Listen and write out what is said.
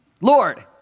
Lord